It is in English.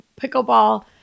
pickleball